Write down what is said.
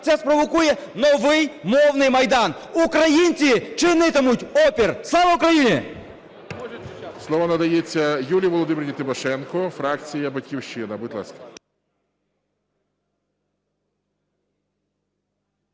це спровокує новий "мовний майдан". Українці чинитимуть опір! Слава Україні!